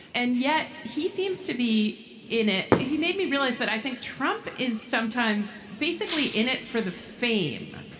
and yet he seems to be in it. he made me realize that i think trump is sometimes basically in it for the fame,